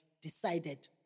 decided